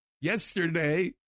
yesterday